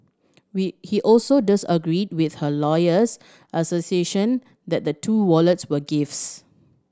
we he also disagreed with her lawyer's that the two wallets were gifts